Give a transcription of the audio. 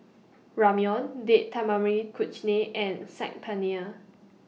Ramyeon Date Tamarind Chutney and Saag Paneer